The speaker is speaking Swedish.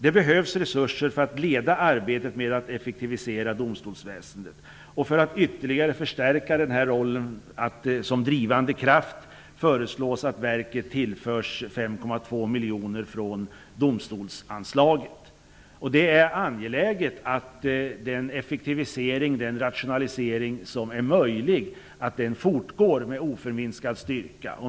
Det behövs resurser för att leda arbetet med att effektivisera domstolsväsendet. För att ytterligare förstärka den här rollen som drivande kraft föreslås att verket tillförs 5,2 miljoner från domstolsanslaget. Det är angeläget att den effektivisering och den rationalisering som är möjlig fortgår med oförminskad styrka.